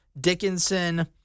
Dickinson